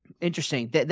interesting